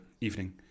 evening